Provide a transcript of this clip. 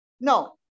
no